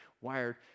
wired